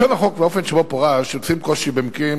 לשון החוק והאופן שבו פורש יוצרים קושי במקרים